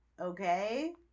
Okay